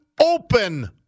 open